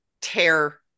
tear